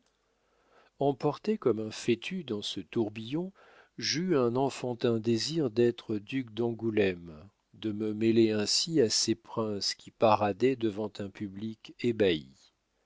emporté comme un fétu dans ce tourbillon j'eus un enfantin désir d'être duc d'angoulême de me mêler ainsi à ces princes qui paradaient devant un public ébahi